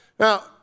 Now